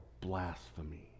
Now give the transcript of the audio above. blasphemy